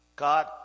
God